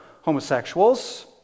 homosexuals